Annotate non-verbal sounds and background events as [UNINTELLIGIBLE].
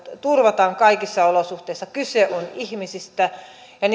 turvataan kaikissa olosuhteissa kyse on ihmisistä ja [UNINTELLIGIBLE]